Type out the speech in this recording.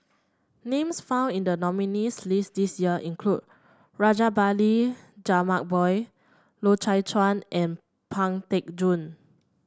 names found in the nominees' list this year include Rajabali Jumabhoy Loy Chye Chuan and Pang Teck Joon